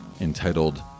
entitled